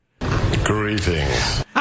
Greetings